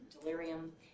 delirium